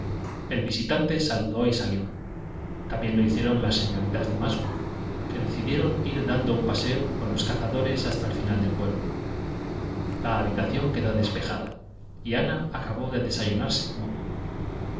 el visitante saludó y salió también lo hicieron las señoritas de musgrove que decidieron ir dando un paseo con los cazadores hasta el final del pueblo la habitación quedó despejada y ana acabó de desayunarse como pudo